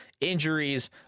injuries